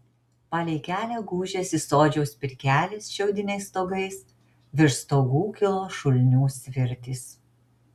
palei kelią gūžėsi sodžiaus pirkelės šiaudiniais stogais virš stogų kilo šulinių svirtys